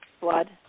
blood